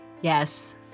Yes